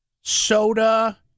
soda